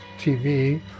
TV